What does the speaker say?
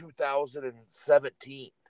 2017